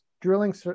drilling